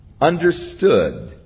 understood